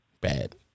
bad